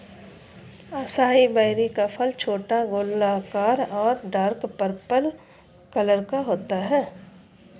acai berry का फल छोटा, गोलाकार और डार्क पर्पल कलर का होता है